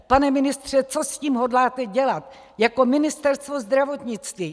Pane ministře, co s tím hodláte dělat jako Ministerstvo zdravotnictví?